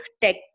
tech